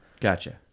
Gotcha